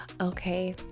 Okay